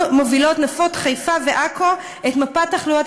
שבהם מובילות נפות חיפה ועכו את מפת תחלואת